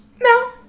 No